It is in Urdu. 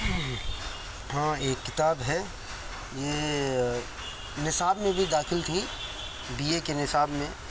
ہاں ایک کتاب ہے یہ نصاب میں بھی داخل تھی بی اے کے نصاب میں